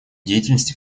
деятельности